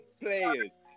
players